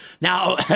Now